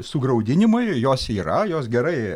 sugraudinimui jos yra jos gerai